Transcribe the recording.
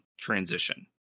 transition